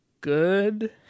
good